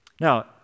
Now